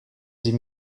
sie